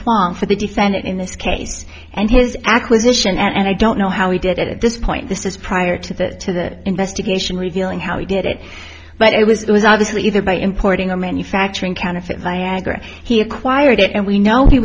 frank for the defendant in this case and his acquisition and i don't know how he did it at this point this is prior to that to that investigation revealing how he did it but it was obviously either by importing a manufacturing counterfeit niagra he acquired it and we know he